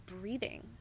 breathing